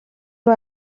руу